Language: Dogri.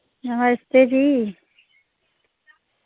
नमस्ते जी